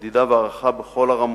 מדידה והערכה בכל הרמות: